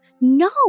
No